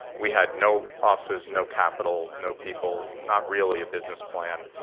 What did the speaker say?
we had no offices, no capital, no people, not really a business plan,